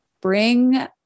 Bring